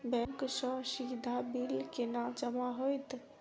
Bank सँ सीधा bill केना जमा होइत?